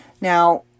Now